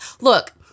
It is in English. look